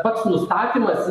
pats nustatymas